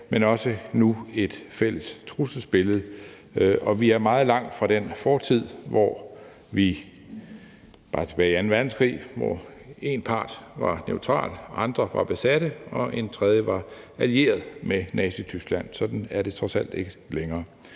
men nu også et fælles trusselsbillede, og vi er meget langt fra den fortid, hvor vi bare tilbage i anden verdenskrig havde én part, der var neutral, og andre var besatte og en fjerde var allieret med Nazityskland. Sådan er det trods alt ikke længere.